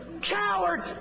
coward